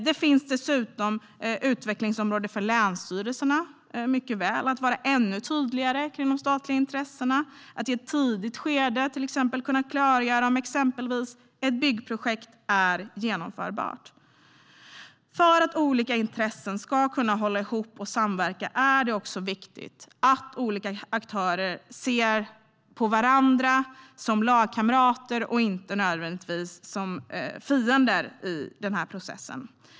Det finns dessutom utvecklingsområden för länsstyrelserna att vara ännu tydligare kring de statliga intressena, till exempel att i ett tidigt skede kunna klargöra om exempelvis ett byggprojekt är genomförbart. För att olika intressen ska kunna hålla ihop och samverka är det viktigt att olika aktörer ser varandra som lagkamrater och inte nödvändigtvis som fiender i den här processen.